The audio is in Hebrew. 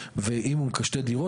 ואם הוא מקבל שתי דירות,